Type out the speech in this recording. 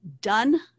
done